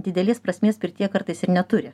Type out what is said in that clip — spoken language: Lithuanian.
didelės prasmės pirtyje kartais ir neturi